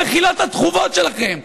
במחילות הטחובות שלכם,